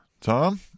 Tom